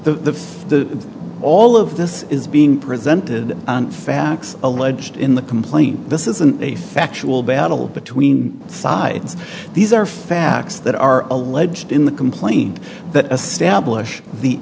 the all of this is being presented facts alleged in the complaint this isn't a factual battle between sides these are facts that are alleged in the complaint th